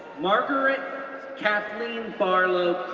margaret kathleen barlow,